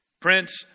Prince